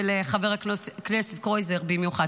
ולחבר הכנסת קרויזר במיוחד.